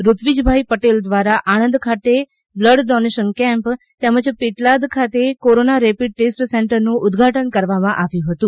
ઋત્વિજભાઈ પટેલ દ્વારા આણંદ ખાતે blood donation camp તેમજ પેટલાદ ખાતે કોરોના રેપિડ ટેસ્ટ સેન્ટરનું ઉદ્વાટન કરવામાં આવ્યું હતું